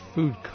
Food